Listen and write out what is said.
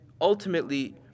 ultimately